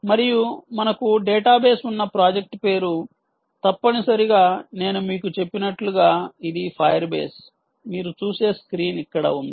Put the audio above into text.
మరియు మనకు డేటాబేస్ ఉన్న ప్రాజెక్ట్ పేరు తప్పనిసరిగా నేను మీకు చెప్పినట్లుగా ఇది ఫైర్ బేస్ మీరు చూసే స్క్రీన్ ఇక్కడ ఉంది